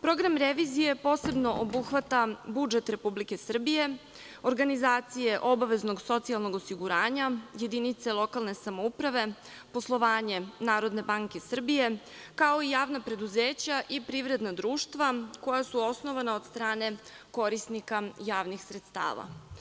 Program revizije posebno obuhvata budžet Republike Srbije, organizacije obaveznog socijalnog osiguranja, jedinice lokalne samouprave, poslovanje Narodne banke Srbije, kao i javna preduzeća i privredna društva koja su osnovana od strane korisnika javnih sredstava.